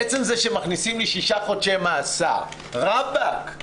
עצם זה שמכניסים לי שישה חודשי מאסר ראבק,